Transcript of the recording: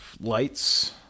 lights